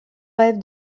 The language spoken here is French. rêve